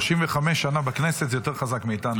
35 שנה בכנסת, זה יותר חזק מאיתנו.